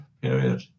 period